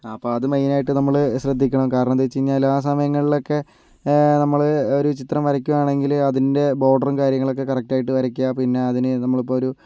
അപ്പോൾ അത് മെയ്നായിട്ട് നമ്മള് ശ്രദ്ധിക്കണം കാരണമെന്തെന്ന് വെച് കഴിഞ്ഞാല് ആ സമയങ്ങളിലൊക്കെ നമ്മള് ഒരു ചിത്രം വരക്കുവാണെങ്കില് അതിൻ്റെ ബോർഡറും കാര്യങ്ങളൊക്കെ കറക്റ്റായിട്ട് വരയ്ക്കുക പിന്നെ അതിന് നമ്മളിപ്പമൊരു